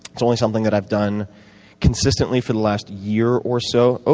it's only something that i've done consistently for the last year or so.